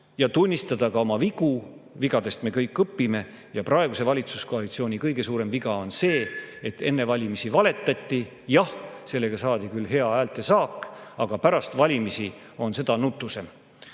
ja tunnistada ka oma vigu. Vigadest me kõik õpime ja praeguse valitsuskoalitsiooni kõige suurem viga on see, et enne valimisi valetati. Jah, sellega saadi küll hea häälesaak, aga pärast valimisi on seda nutusem.